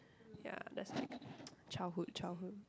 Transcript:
ya that's like childhood childhood